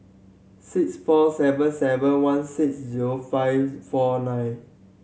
six four seven seven one six zero five four nine